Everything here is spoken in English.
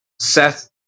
Seth